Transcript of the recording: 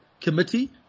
committee